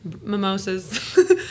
mimosas